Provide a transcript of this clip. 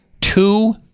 two